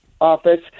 office